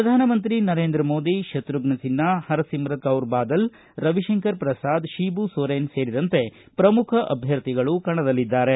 ಪ್ರಧಾನ ಮಂತ್ರಿ ನರೇಂದ್ರ ಮೋದಿ ಶತ್ರುಫ್ನ ಸಿನ್ಹಾ ಹರಸಿವುತ್ ಕೌರ್ ಬಾದಲ್ ರವಿಶಂಕರ ಪ್ರಸಾದ ಶಿಬು ಸೋರೇನ್ ಸೇರಿದಂತೆ ಪ್ರಮುಖ ಅಭ್ಯರ್ಥಿಗಳು ಕಣದಲ್ಲಿದ್ದಾರೆ